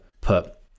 put